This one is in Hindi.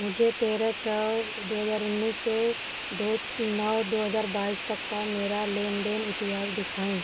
मुझे तेरह छः से दो हज़ार उन्नीस से दो नौ दो हज़ार बाईस तक का मेरा लेनदेन इतिहास दिखाएँ